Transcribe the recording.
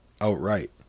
outright